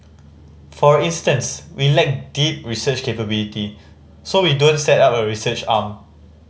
for instance we lack deep research capability so we don't set up a research arm